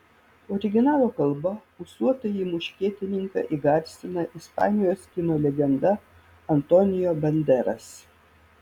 originalo kalba ūsuotąjį muškietininką įgarsina ispanijos kino legenda antonio banderas